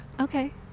Okay